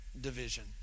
division